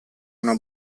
una